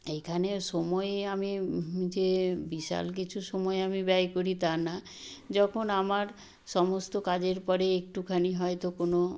এইখানে সময় আমি যে বিশাল কিছু সময় আমি ব্যয় করি তা না যখন আমার সমস্ত কাজের পরে একটুখানি হয়তো কোনো